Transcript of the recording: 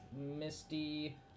Misty